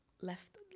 left